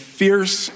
fierce